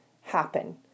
happen